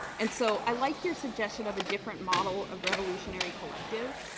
and so, i like your suggestion of a different model of revolutionary collective.